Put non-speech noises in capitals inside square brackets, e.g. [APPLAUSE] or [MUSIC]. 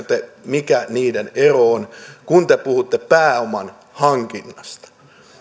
[UNINTELLIGIBLE] te mikä niiden ero on kun te puhutte pääoman hankinnasta